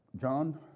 John